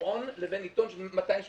שבועון לבין עיתון של 280 עמודים.